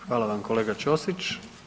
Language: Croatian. Hvala vam kolega Ćosić.